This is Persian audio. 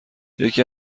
یکی